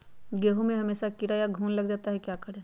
गेंहू में हमेसा कीड़ा या घुन लग जाता है क्या करें?